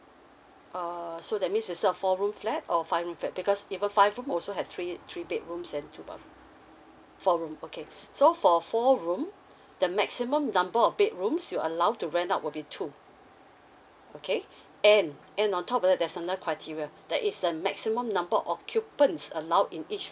uh so that means it's a four room flat or five room flat because even five room also have three three bedrooms and two bathroom four room okay so for four room the maximum number of bedrooms you allowed to rent out will be two okay and and on top of that there's another criteria there is a maximum number occupants allowed in each